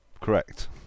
Correct